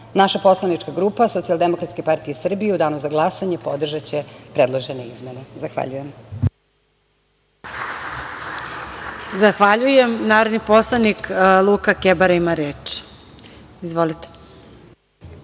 naša poslanička grupa Socijaldemokratske partije Srbije u danu za glasanje podržaće predložene izmene. Zahvaljujem. **Marija Jevđić** Zahvaljujem. Narodni poslanik Luka Kebara ima reč. Izvolite.